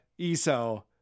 Eso